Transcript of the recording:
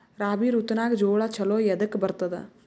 ರಾಬಿ ಋತುನಾಗ್ ಜೋಳ ಚಲೋ ಎದಕ ಬರತದ?